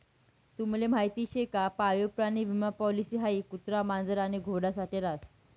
तुम्हले माहीत शे का पाळीव प्राणी विमा पॉलिसी हाई कुत्रा, मांजर आणि घोडा साठे रास